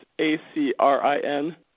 A-C-R-I-N